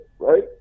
Right